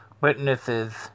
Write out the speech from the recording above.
witnesses